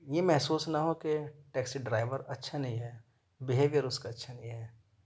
یہ محسوس نہ ہو کہ ٹیکسی ڈرائیور اچھا نہیں ہیں بہیویئر اُس کا اچھا نہیں ہے